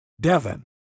Devon